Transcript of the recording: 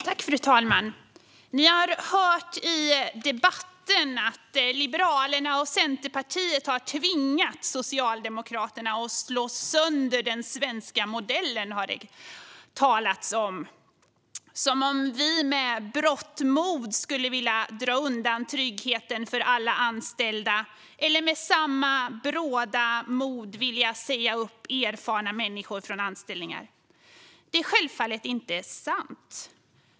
Fru talman! Ni har hört i debatten att Liberalerna och Centerpartiet har tvingat Socialdemokraterna att slå sönder den svenska modellen. Det är som att vi med berått mod skulle vilja dra undan tryggheten för alla anställda eller med berått mod skulle vilja säga upp erfarna människor från anställningar. Det är självfallet inte sant.